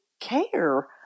care